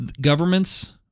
governments